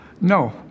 No